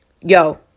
yo